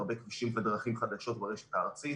הרבה כבישים ודרכים חדשות ברשת הארצית.